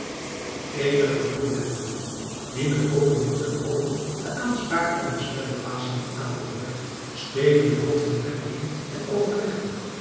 eenige boeren en boerinnen die met open mond en oogen de aanspraak van den spellebaas hebben aangehoord steken de hoofden bijeen en overleggen